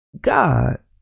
God